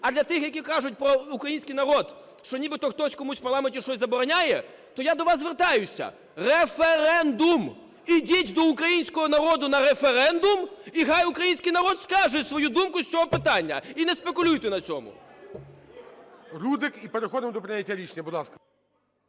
А для тих, які кажуть про український народ, що нібито хтось комусь в парламенті щось забороняє, то я до вас звертаюся: референдум. Ідіть до українського народу на референдум, і хай український народ скаже свою думку з цього питання, і не спекулюйте на цьому. ГОЛОВУЮЧИЙ. Рудик. І переходимо до прийняття рішення. Будь ласка.